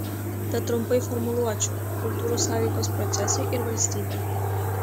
tad trumpai formuluočiau kultūrų sąveikos procesai ir valstybė